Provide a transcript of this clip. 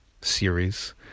series